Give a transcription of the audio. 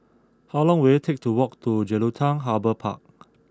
how long will it take to walk to Jelutung Harbour Park